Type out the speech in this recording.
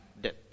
death